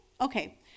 Okay